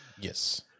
Yes